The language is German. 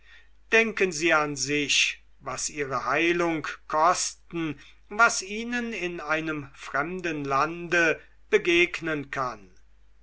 denken sie an sich was ihre heilung kosten was ihnen in einem fremden lande begegnen kann